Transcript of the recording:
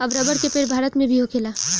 अब रबर के पेड़ भारत मे भी होखेला